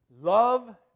love